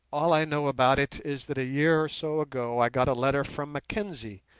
all i know about it is that a year or so ago i got a letter from mackenzie,